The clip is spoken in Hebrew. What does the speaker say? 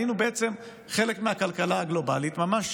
היינו חלק מהכלכלה הגלובלית, ממש